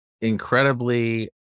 incredibly